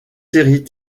séries